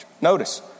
Notice